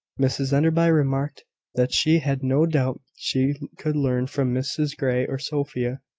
mrs enderby remarked that she had no doubt she could learn from mrs grey or sophia,